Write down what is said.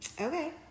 Okay